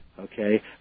Okay